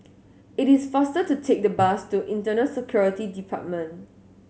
it is faster to take the bus to Internal Security Department